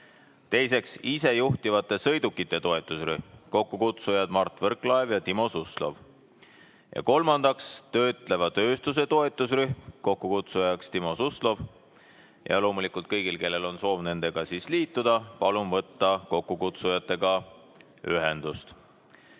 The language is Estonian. Teiseks, isejuhtivate sõidukite toetusrühm, kokkukutsujad Mart Võrklaev ja Timo Suslov. Kolmandaks, töötleva tööstuse toetusrühm, kokkukutsuja Timo Suslov. Loomulikult, kõigil, kellel on soov nendega liituda, palun võtta kokkukutsujatega ühendust. Teine